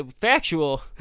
Factual